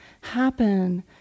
happen